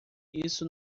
isso